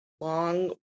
long